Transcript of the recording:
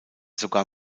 sogar